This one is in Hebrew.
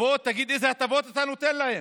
תגיד איזה הטבות אתה נותן להם.